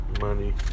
money